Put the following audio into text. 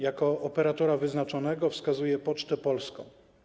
Jako operatora wyznaczonego wskazuje Pocztę Polską.